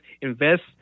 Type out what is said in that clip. invest